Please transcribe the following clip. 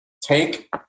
take